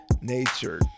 nature